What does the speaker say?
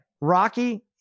Rocky